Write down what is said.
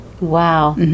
Wow